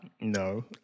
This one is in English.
No